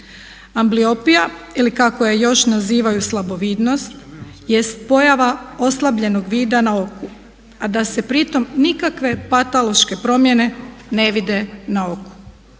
Ambliopija ili kako je još nazivaju slabovidnost jest pojava oslabljenog vida na oku a da se pri tome nikakve patološke promjene ne vide na oku.